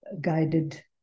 guided